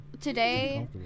today